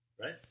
Right